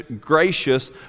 gracious